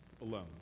alone